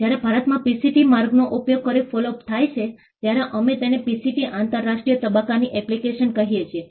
જ્યારે ભારતમાં પીસીટી માર્ગનો ઉપયોગ કરીને ફોલોઅપ થાય છે ત્યારે અમે તેને પીસીટી રાષ્ટ્રીય તબક્કાની એપ્લિકેશન કહીએ છીએ